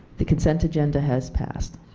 the consent agenda has passed.